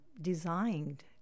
designed